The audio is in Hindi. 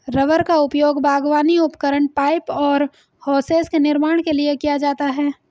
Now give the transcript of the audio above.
रबर का उपयोग बागवानी उपकरण, पाइप और होसेस के निर्माण के लिए किया जाता है